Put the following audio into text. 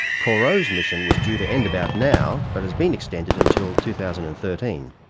corot's mission was due to end about now, but has been extended until two thousand and thirteen.